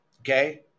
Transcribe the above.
Okay